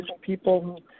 people